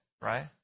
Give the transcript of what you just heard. right